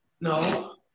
no